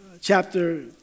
chapter